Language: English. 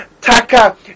taka